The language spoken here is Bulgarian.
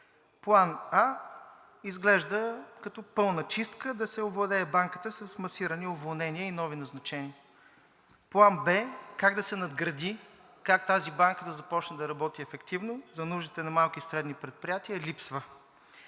План А изглежда като пълна чистка да се овладее Банката с масирани уволнения и нови назначения. План Б как да се надгради, как тази банка да започне да работи ефективно за нуждите на малките и средните предприятия липсва.